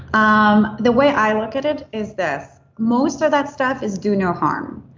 um the way i look at it is this. most of that stuff is do no harm.